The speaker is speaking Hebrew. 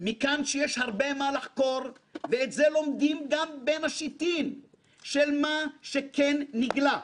מכאן שיש הרבה מה לחקור ואת זה לומדים גם מבין השיטין של מה שכן נגלה,